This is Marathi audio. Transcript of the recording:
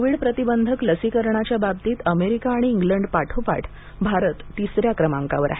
कोविड प्रतिबंधक लसीकरणाच्या बाबतीत अमेरिका आणि इंग्लंड पाठोपाठ भारत तिसऱ्या क्रमांकावर आहे